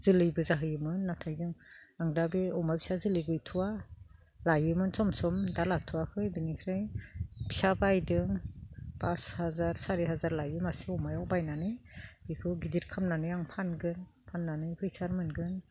जोलैबो जाहोयोमोन नाथाय आं दा बे अमा फिसा जोलै गैथ'वा लायोमोन सम सम दा लाथ'वाखै बेनिफ्राय फिसा बायदों पास हाजार सारि हाजार लायो मासे अमायाव बायनानै बेखौ गिदिर खालामनानै आं फानगोन फाननानै फैसा मोनगोन